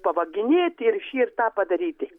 pavaginėti ir šį ir tą padaryti